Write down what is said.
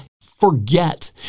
forget